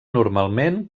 normalment